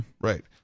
Right